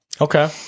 Okay